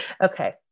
Okay